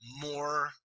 more